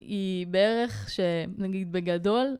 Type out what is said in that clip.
היא בערך שנגיד בגדול.